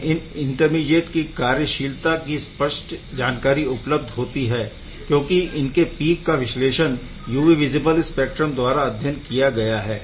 हमें इन इंटरमीडीएट की कार्यशीलता की स्पष्ट जानकारी उपलब्ध होती है क्योंकि इनके पीक का विश्लेषण UV विज़िबल स्पेक्ट्रा द्वारा अध्ययन किया गया है